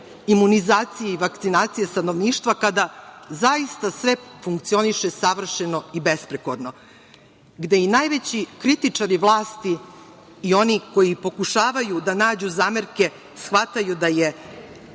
imunizacije i vakcinacije stanovništva, kada zaista, sve funkcioniše savršeno i besprekorno, gde i najveći kritičari vlasti, i oni koji pokušavaju da nađu zamerke shvataju da je